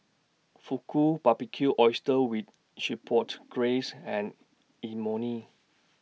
Fugu Barbecued Oysters with Chipotle Glaze and Imoni